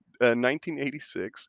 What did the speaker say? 1986